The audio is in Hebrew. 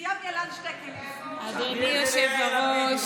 אדוני היושב-ראש,